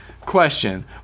question